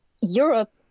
Europe